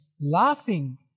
laughing